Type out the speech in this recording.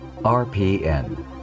RPN